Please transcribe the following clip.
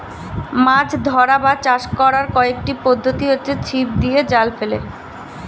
মাছ ধরা বা চাষ করার কয়েকটি পদ্ধতি হচ্ছে ছিপ দিয়ে, জাল ফেলে